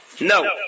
No